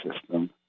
system